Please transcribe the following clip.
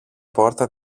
πόρτα